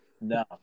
No